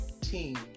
team